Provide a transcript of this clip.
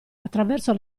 attraverso